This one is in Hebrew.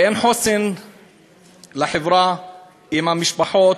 ואין חוסן לחברה אם המשפחות,